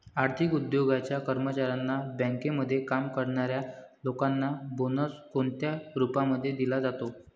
आर्थिक उद्योगाच्या कर्मचाऱ्यांना, बँकेमध्ये काम करणाऱ्या लोकांना बोनस कोणत्या रूपामध्ये दिला जातो?